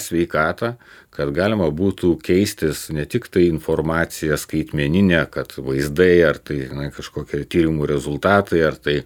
sveikatą kad galima būtų keistis ne tik ta informacija skaitmenine kad vaizdai ar tai žinai kažkokių tyrimų rezultatai ar tai